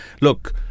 look